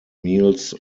meals